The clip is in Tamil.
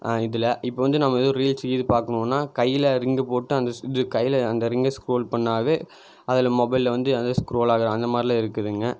இதில் இப்போ வந்து நம்ம எதோ ஒரு ரீல்ஸ் கீல்ஸ் பார்க்கணும்னா கையில ரிங் போட்டு அந்த இது கையில அந்த ரிங்கை ஸ்குரோல் பண்ணாவே அதில் மொபைல்ல வந்து அது ஸ்குரோல் ஆகுது அந்தமாதிரிலாம் இருக்குதுங்க